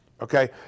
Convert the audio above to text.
okay